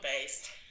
based